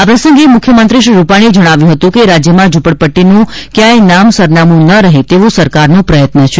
આ પ્રસંગે મુખ્યમંત્રી શ્રી રૂપાણીએ જણાવ્યું હતું કે રાજ્યમાં ઝુંપડપટ્ટીનું જ ક્યાંક નામ સરનામું ન રહે એવો સરકારનો પ્રયત્ન છે